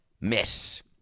miss